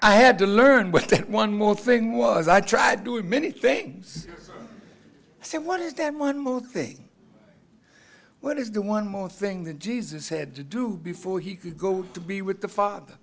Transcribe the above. i had to learn but then one more thing was i tried doing many things said what is damn one move thing what is the one more thing that jesus said to do before he could go to be with the father